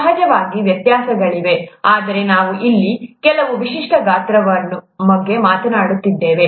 ಸಹಜವಾಗಿ ವ್ಯತ್ಯಾಸಗಳಿವೆ ಆದರೆ ನಾವು ಇಲ್ಲಿ ಕೆಲವು ವಿಶಿಷ್ಟ ಗಾತ್ರಗಳ ಬಗ್ಗೆ ಮಾತನಾಡುತ್ತಿದ್ದೇವೆ